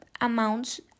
amounts